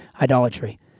idolatry